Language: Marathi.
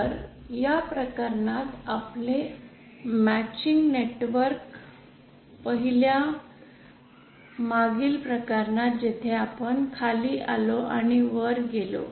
तर या प्रकरणात आपले मॅचिंग नेटवर्क पहिल्या मागील प्रकरणात जेथे आपण खाली आलो आणि वर गेलो